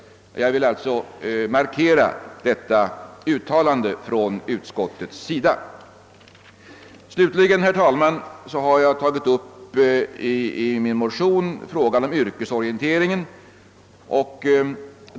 Jag vill alltså markera detta utskottets uttalande. Slutligen har vi i vår motion tagit upp frågan om yrkesorienteringen.